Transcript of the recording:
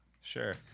Sure